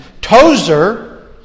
Tozer